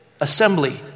assembly